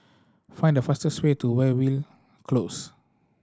find the fastest way to Weyhill Close